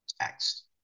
text